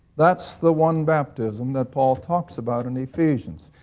thats the one baptism that paul talks about in ephesians.